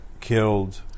killed